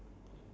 mmhmm